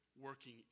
working